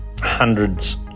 hundreds